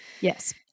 Yes